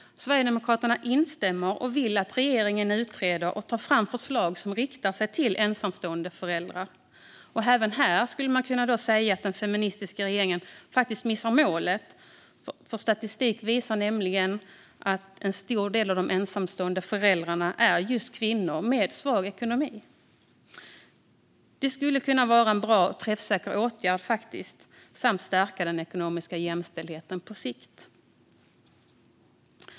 Sverigedemokraterna instämmer och vill att regeringen utreder och tar fram förslag som riktar sig till ensamstående föräldrar. Även här skulle man kunna säga att den feministiska regeringen missar målet. Statistik visar nämligen att en stor del av de ensamstående föräldrarna är just kvinnor med svag ekonomi. Det skulle kunna vara en bra och träffsäker åtgärd samt stärka den ekonomiska jämställdheten på sikt.